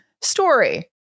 story